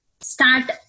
start